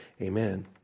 Amen